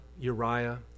Uriah